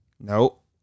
Nope